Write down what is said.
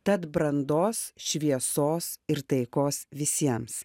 tad brandos šviesos ir taikos visiems